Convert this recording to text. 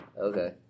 Okay